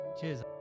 Cheers